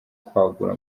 kwagura